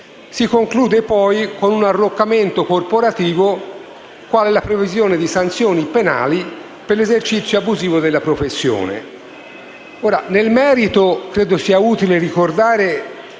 si conclude poi con un arroccamento corporativo qual è la previsione di sanzioni penali per l'esercizio abusivo della professione.